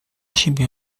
siebie